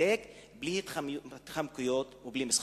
וצודק בלי התחמקויות ובלי משחקים.